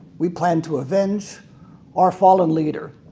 we plan to avenge our fallen leader.